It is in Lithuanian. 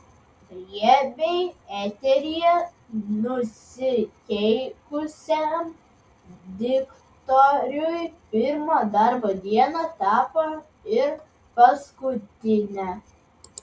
riebiai eteryje nusikeikusiam diktoriui pirma darbo diena tapo ir paskutine